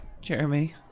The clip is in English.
Jeremy